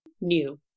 new